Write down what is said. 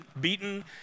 beaten